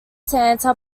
santa